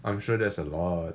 I'm sure there's a lot